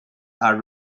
are